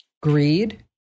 Greed